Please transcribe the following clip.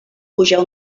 pujar